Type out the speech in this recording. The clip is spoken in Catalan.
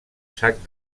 sac